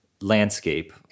landscape